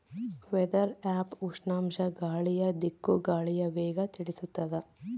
weather app ಉಷ್ಣಾಂಶ ಗಾಳಿಯ ದಿಕ್ಕು ಗಾಳಿಯ ವೇಗ ತಿಳಿಸುತಾದ